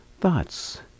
thoughts